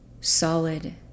solid